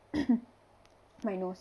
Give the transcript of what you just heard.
my nose